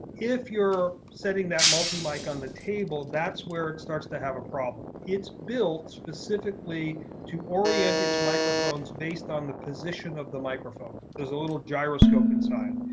if you're setting that multi mic on the table, that's where it starts to have a problem. it's built specifically to orient its microphones based on the position of the microphone. there's a little gyro scope inside.